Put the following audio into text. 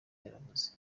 yaravuze